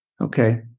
Okay